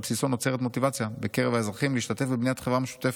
שעל בסיסו נוצרת מוטיבציה בקרב האזרחים להשתתף בבניית חברה משותפת.